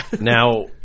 Now